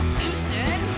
Houston